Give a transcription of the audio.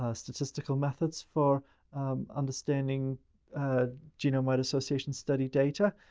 ah statistical methods for understanding genome-wide association study data.